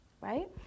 right